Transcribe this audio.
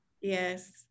Yes